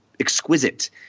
exquisite